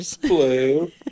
blue